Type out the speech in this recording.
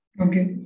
Okay